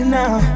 now